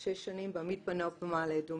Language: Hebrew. במשל שש שנים בתיכון במעלה אדומים.